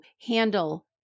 handle